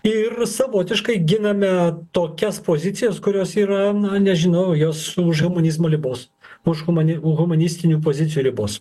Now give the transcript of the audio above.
ir savotiškai giname tokias pozicijas kurios yra na nežinau jos už humanizmo ribos už huma humanistinių pozicijų ribos